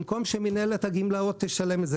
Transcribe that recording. במקום שמינהלת הגמלאות תשלם את זה,